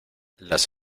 las